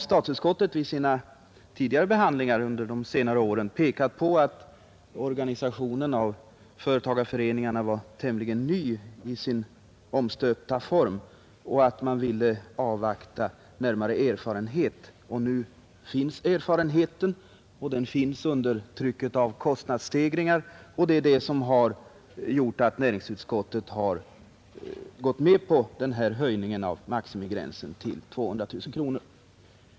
Statsutskottet har vid behandling av samma fråga under de senare åren pekat på att organisationen av företagareföreningarna var tämligen ny i sin omstöpta form och att man ville avvakta närmare erfarenhet. Nu finns erfarenheten, och den finns under trycket av kostnadsstegringar. Detta har gjort att näringsutskottet nu gått med på höjningen av maximigränsen till 200 000.